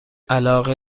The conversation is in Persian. علاقه